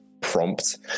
prompt